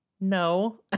No